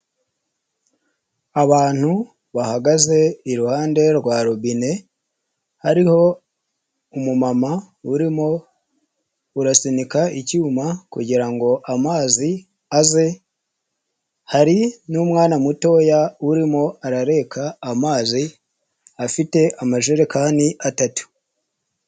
Abantu bahagaze iruhande rwa robine, hariho umumama urimo urasunika icyuma kugirango ngo amazi aze, hari n'umwana mutoya urimo arareka amazi afite amajerekani atatu.